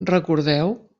recordeu